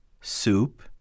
soup